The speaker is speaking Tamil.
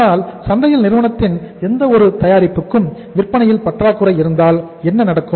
ஆனால் சந்தையில் நிறுவனத்தின் எந்த ஒரு தயாரிப்புக்கும் விற்பனையில் பற்றாக்குறை இருந்தால் என்ன நடக்கும்